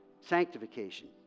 sanctification